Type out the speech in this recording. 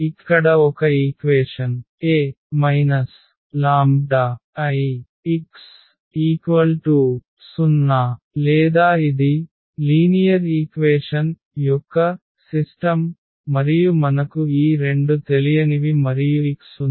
ఇక్కడ ఒక equation A λIx0 లేదా ఇది సరళ సమీకరణం యొక్క వ్యవస్థ మరియు మనకు ఈ రెండు తెలియనివి మరియు x ఉంది